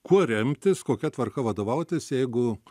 kuo remtis kokia tvarka vadovautis jeigu